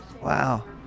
Wow